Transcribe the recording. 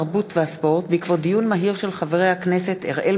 התרבות והספורט בעקבות דיון מהיר בהצעה של חברי הכנסת אראל